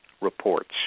Reports